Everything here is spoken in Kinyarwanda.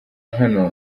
hano